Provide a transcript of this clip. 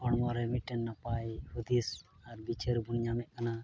ᱦᱚᱲᱢᱚᱨᱮ ᱢᱤᱫᱴᱮᱱ ᱱᱟᱯᱟᱭ ᱦᱩᱫᱤᱥ ᱟᱨ ᱵᱤᱪᱟᱹᱨᱵᱚᱱ ᱧᱟᱢᱮᱫ ᱠᱟᱱᱟ